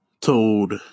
told